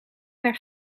naar